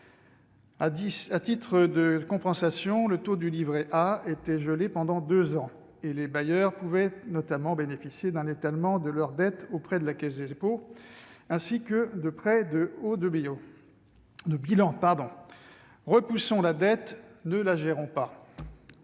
À titre de compensation, le taux du livret A était gelé pendant deux ans et les bailleurs pouvaient notamment bénéficier d'un étalement de leur dette auprès de la Caisse des dépôts et consignations, ainsi que de prêts de haut de bilan. Repoussons la dette, ne la gérons pas !